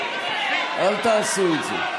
אל תעשו את זה.